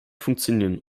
funktionieren